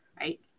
right